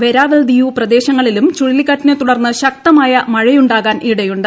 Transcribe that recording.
വെരാവൽ ദിയു പ്രദേശങ്ങളിലും ചുഴലിക്കാറ്റിനെ തുടർന്ന് ശക്തമായ മഴയുണ്ടാകാനിടയുണ്ട്